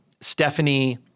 Stephanie